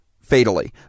fatally